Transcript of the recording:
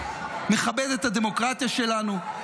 מכבד את הדמוקרטיה שלנו,